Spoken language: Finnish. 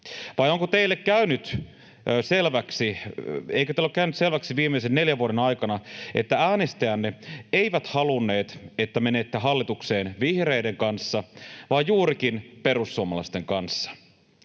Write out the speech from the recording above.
vaakakupissa paina. Vai eikö teille ole käynyt selväksi viimeisen neljän vuoden aikana, että äänestäjänne eivät halunneet, että menette hallitukseen vihreiden kanssa vaan juurikin perussuomalaisten kanssa?